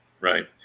Right